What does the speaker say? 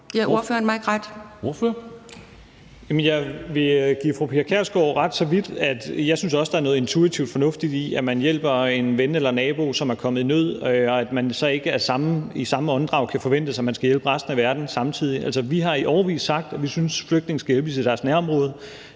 vil give fru Pia Kjærsgaard ret, så vidt som jeg også synes, der er noget intuitivt fornuftigt i, at man hjælper en ven eller en nabo, som er kommet i nød, og at det så ikke i samme åndedrag kan forventes, at man skal hjælpe resten af verden samtidig. Vi har i årevis sagt, at vi synes, flygtninge skal hjælpes i deres nærområde.